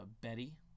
Betty